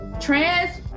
Trans